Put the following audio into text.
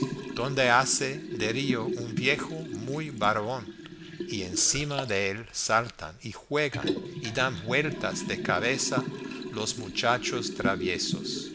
donde hace de río un viejo muy barbón y encima de él saltan y juegan y dan vueltas de cabeza los muchachos traviesos